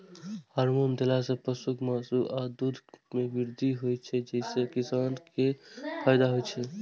hormone देला सं पशुक मासु आ दूध मे वृद्धि होइ छै, जइसे किसान कें फायदा होइ छै